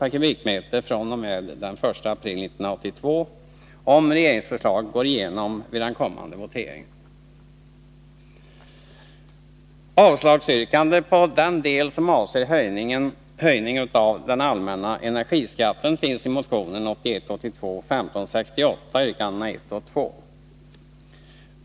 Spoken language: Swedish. per kubikmeter fr.o.m. den 1 april 1982, om regeringsförslaget går igenom vid den kommande voteringen. Yrkande om avslag på den del som avser höjning av den allmänna energiskatten finns i motion 1981/ 82:1568, yrkandena 1 och 2.